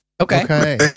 Okay